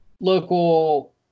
local